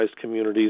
communities